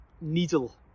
needle